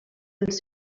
els